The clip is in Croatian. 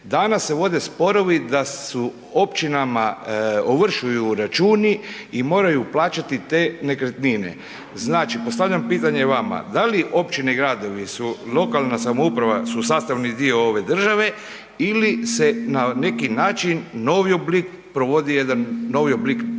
danas se vode sporovi da se općinama ovršuju računi i moraju plaćati te nekretnine. Znači postavljam pitanje vama, da li općine i gradovi, lokalna samouprava su sastavni dio ove države ili se na neki način, novi oblik, provodi jedan novi oblik